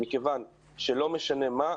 מכיוון שלא משנה מה,